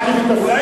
רק אם היא תסכים.